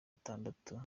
itandatu